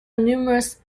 numerous